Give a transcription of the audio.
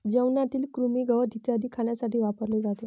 जेवणातील कृमी, गवत इत्यादी खाण्यासाठी वापरले जाते